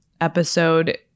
episode